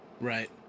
Right